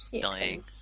dying